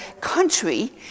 country